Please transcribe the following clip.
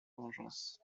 vengeance